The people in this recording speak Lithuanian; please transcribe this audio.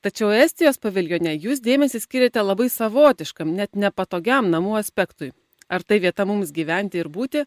tačiau estijos paviljone jūs dėmesį skyrėte labai savotiškam net nepatogiam namų aspektui ar tai vieta mums gyventi ir būti